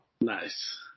Nice